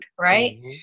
right